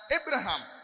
Abraham